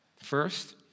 First